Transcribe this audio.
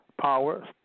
powers